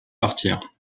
partir